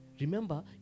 Remember